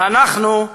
ואנחנו,